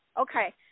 Okay